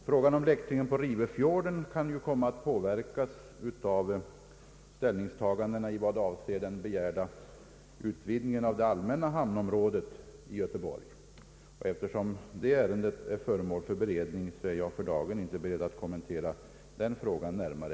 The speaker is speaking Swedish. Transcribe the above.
Frågan om läktringen på Rivöfjorden kan också komma att påverkas av ställningstagandet beträffande den begärda utvidgningen av det allmänna hamnområdet i Göteborg. Eftersom det ärendet är föremål för beredning, kan jag för dagen inte kommentera det närmare.